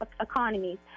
economies